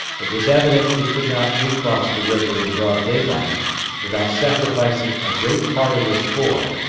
it was evident he could not recross the river in broad daylight without sacrificing a great part of his corps,